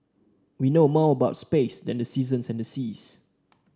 we know more about space than the seasons and the seas